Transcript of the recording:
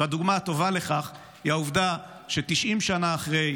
והדוגמה הטובה לכך היא העובדה ש-90 שנה אחרי,